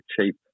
cheap